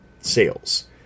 sales